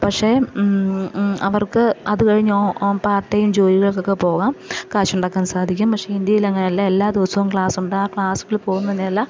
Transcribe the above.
പക്ഷേ അവർക്ക് അത് കഴിഞ്ഞു പാർടൈം ജോലികൾക്കൊക്കെ പോകാം കാശുണ്ടാക്കാൻ സാധിക്കും പക്ഷേ ഇൻഡ്യയിൽ അങ്ങനെയല്ല എല്ലാ ദിവസവും ക്ലാസുണ്ട് ആ ക്ലാസിൽ പോകും മുന്നേ എല്ലാ